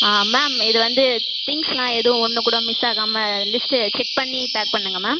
ஆ ma'am இது வந்து திங்க்ஸ்லாம் எதுவும் ஒன்று கூட மிஸ் ஆகாமல் லிஸ்ட்டை செக் பண்ணி பேக் பண்ணுங்கள் மேம்